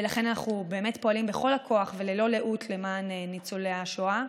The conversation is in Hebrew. ולכן אנחנו באמת פועלים בכל הכוח וללא לאות למען ניצולי השואה.